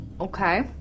Okay